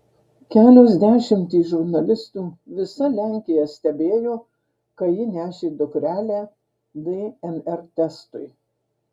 kelios dešimtys žurnalistų visa lenkija stebėjo kai ji nešė dukrelę dnr testui